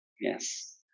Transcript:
Yes